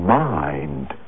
mind